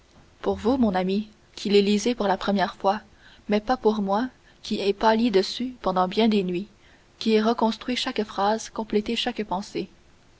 pour vous mon ami qui les lisez pour la première fois mais pas pour moi qui ai pâli dessus pendant bien des nuits qui ai reconstruit chaque phrase complété chaque pensée